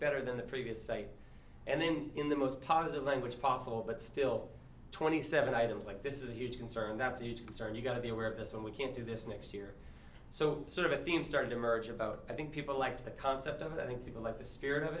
better than the previous site and then in the most positive language possible but still twenty seven items like this is a huge concern that's a huge concern you've got to be aware of this and we can't do this next year so sort of a theme started to emerge about i think people like the concept of the i think people like the spirit of